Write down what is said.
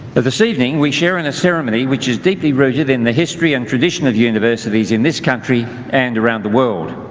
but this evening we share in a ceremony which is deeply rooted in the history and tradition of universities in this country and around the world.